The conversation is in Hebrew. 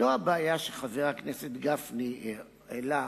לא הבעיה שחבר הכנסת גפני העיר, אלא,